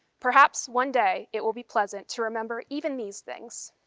perhaps one day, it will be pleasant to remember even these things.